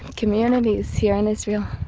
communities here in israel.